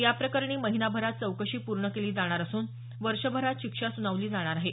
याप्रकरणी महिनाभरात चौकशी पूर्ण केली जाणार असून वर्षभरात शिक्षा सुनावली जाणार आहे